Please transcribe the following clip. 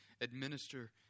administer